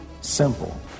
simple